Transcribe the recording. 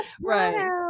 right